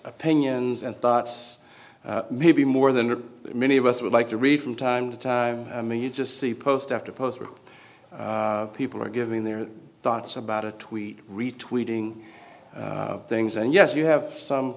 opinions and thoughts maybe more than many of us would like to read from time to time i mean you just see post after post where people are giving their thoughts about a tweet retreating things and yes you have some